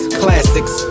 classics